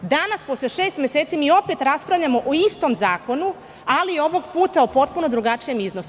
Danas, posle šest meseci mi opet raspravljamo o istom zakonu ali ovog puta o potpuno drugačijem iznosu.